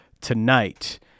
tonight